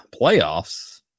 playoffs